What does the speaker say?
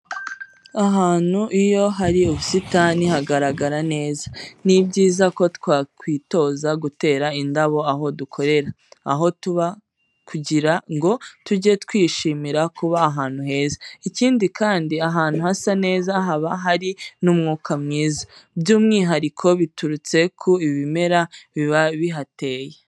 Ahantu iyo hari ubusitani hagaragara neza. Ni byiza ko twakwitoza gutera indabo aho dukorera, aho tuba kugira ngo tujye twishimira kuba ahantu heza. Ikindi kandi, ahantu hasa neza haba hari ni umwuka mwiza by'umwihariko biturutse ku ibimera biba bihateye.